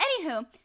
Anywho